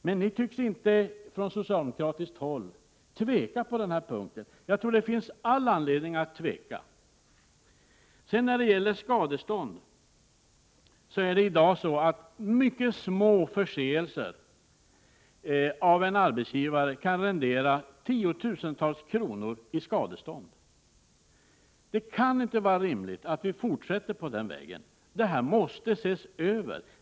Men ni tycks inte på socialdemokratiskt håll tveka på den här punkten. Jag tror att det finns all anledning till tvekan i det här avseendet. När det gäller skadestånd kan i dag mycket små förseelser av en arbetsgivare rendera denne tiotusentals kronor i skadestånd. Det kan inte vara rimligt att vi fortsätter på den vägen. Det här måste ses över.